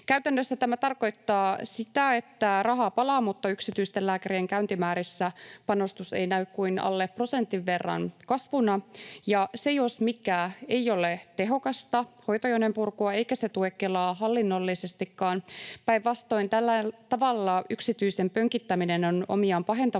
Käytännössä tämä tarkoittaa sitä, että rahaa palaa, mutta yksityisten lääkärien käyntimäärissä panostus ei näy kuin alle prosentin verran kasvuna, ja se jos mikä ei ole tehokasta hoitojonojen purkua, eikä se tue Kelaa hallinnollisestikaan. Päinvastoin tällä tavalla yksityisen pönkittäminen on omiaan pahentamaan